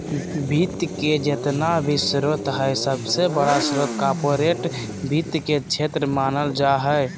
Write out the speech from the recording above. वित्त के जेतना भी स्रोत हय सबसे बडा स्रोत कार्पोरेट वित्त के क्षेत्र मानल जा हय